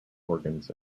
organs